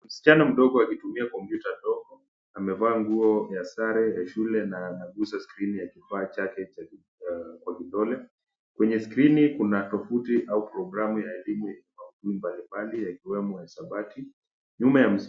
Msichana mdogo akitumia kompyuta ndogo, amevaa nguo ya sare ya shule na anaguza skrini ya kifaa chake Kwa vidole. Kwenye skrini kuna tovuti au programu ya elimu mbalimbali yakiwemo hisabati.